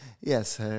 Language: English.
Yes